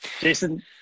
Jason